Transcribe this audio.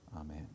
Amen